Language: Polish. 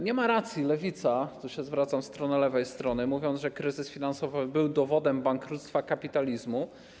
Nie ma racji Lewica - tu się zwracam w lewą stronę - mówiąc, że kryzys finansowy był dowodem bankructwa kapitalizmu.